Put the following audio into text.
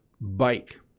bike